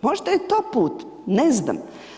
Možda je to put, ne znam.